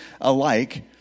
alike